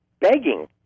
begging